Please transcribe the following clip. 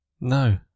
No